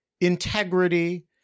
integrity